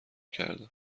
کردم